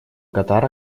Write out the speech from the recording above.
катар